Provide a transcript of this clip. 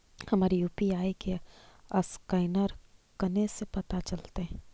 हमर यु.पी.आई के असकैनर कने से पता चलतै?